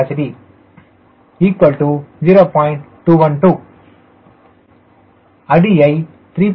212 அடியை 3